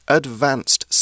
advanced